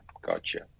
Gotcha